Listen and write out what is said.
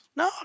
no